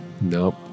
Nope